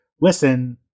listen